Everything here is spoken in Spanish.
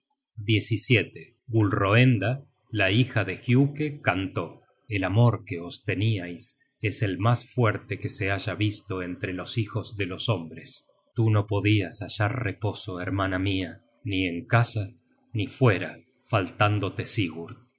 generated at gulroenda la hija degiuke cantó el amor que os teníais es el mas fuerte que se haya visto entre los hijos de los hombres tú no podias hallar reposo hermana mia ni en casa ni fuera faltándote sigurd